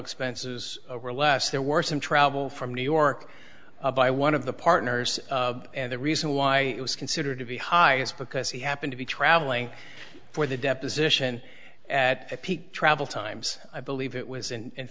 expenses are less there were some travel from new york by one of the partners and the reason why it was considered to be high is because he happened to be traveling for the deposition at a peak travel times i believe it was in